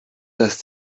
das